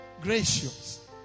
gracious